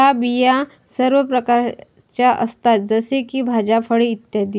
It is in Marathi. या बिया सर्व प्रकारच्या असतात जसे की भाज्या, फळे इ